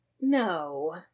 No